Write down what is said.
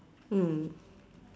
mm